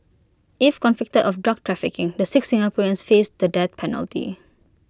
if convicted of drug trafficking the six Singaporeans face the death penalty